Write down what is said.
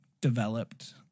developed